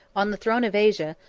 on the throne of asia,